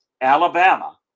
Alabama